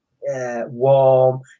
warm